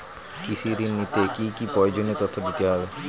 কৃষি ঋণ নিতে কি কি প্রয়োজনীয় তথ্য দিতে হবে?